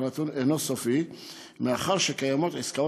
הנתון אינו סופי מאחר שקיימות עסקאות